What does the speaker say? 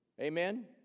Amen